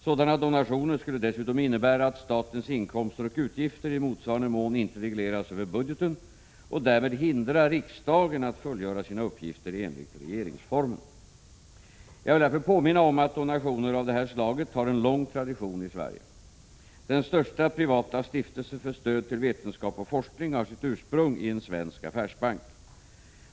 Sådana donationer skulle dessutom innebära att statens inkomster och utgifter i motsvarande mån inte regleras över budgeten och därmed hindra riksdagen att fullgöra sina uppgifter enligt regeringsformen. Jag vill därför påminna om att donationer av detta slag har en lång tradition i Sverige. Den största privata stiftelsen för stöd till vetenskap och forskning har sitt ursprung i en svensk affärsbank.